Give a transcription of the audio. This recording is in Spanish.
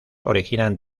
originan